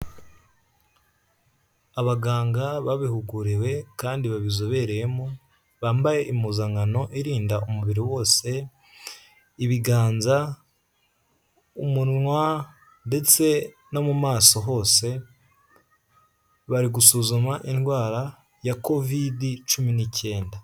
Abaganga babihuguriwe kandi babizobereyemo, bambaye impuzankano irinda umubiri wose, ibiganza, umunwa ndetse no mu maso hose, bari gusuzuma indwara ya kovidi cumi n'icyenda.